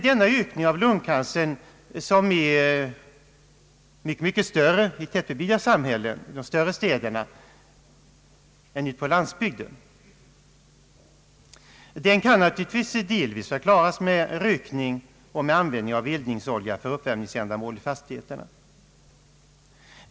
Denna ökning av Ang: vissa miljöpolitiska skattefrågor lungcancern som är mycket större i tätbebyggda samhällen och större städer än på landsbygden kan naturligtvis delvis förklaras med rökning och användning av eldningsoljor för uppvärmning av fastigheter.